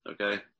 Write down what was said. Okay